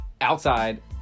Outside